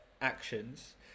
actions